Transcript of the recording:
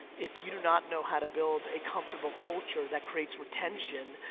if you do not know how to build a comfortable culture that creates retention,